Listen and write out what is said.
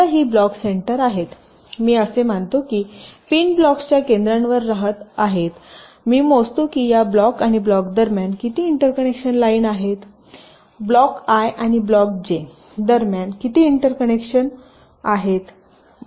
समजा ही block centre आहेत मी असे मानतो की पिन ब्लॉक्सच्या केंद्रांवर राहत आहेत आणि मी मोजतो की या ब्लॉक आणि हा ब्लॉक दरम्यान किती इंटरकनेक्शन लाईन आहेत ब्लॉक आय आणि ब्लॉक जे दरम्यान किती इंटरकनेक्शन आहेत